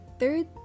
third